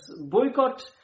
boycott